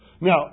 Now